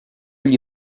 gli